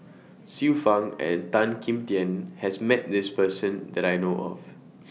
Xiu Fang and Tan Kim Tian has Met This Person that I know of